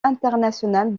internationale